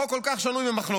חוק כל כך שנוי במחלוקת,